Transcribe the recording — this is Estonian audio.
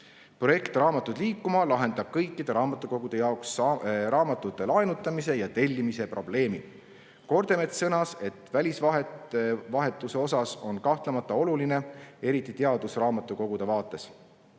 Projekt "Raamatud liikuma" lahendab kõikide raamatukogude jaoks raamatute laenutamise ja tellimise probleemi. Kordemets sõnas, et välisvahetuse osa on kahtlemata oluline eriti teadusraamatukogude vaates.